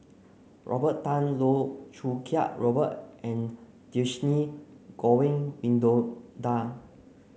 Robert Tan Loh Choo Kiat Robert and Dhershini Govin Winodan